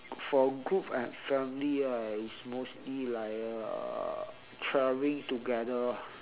for a group and family right it's mostly like uh travelling together ah